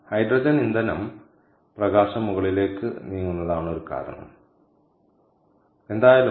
hydrogen ഇന്ധനം പ്രകാശം മുകളിലേക്ക് നീങ്ങുന്നതാണ് ഒരു കാരണം എന്തായാലും